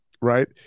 right